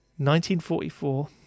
1944